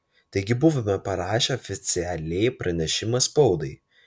taigi buvome parašę oficialiai pranešimą spaudai